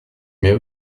mais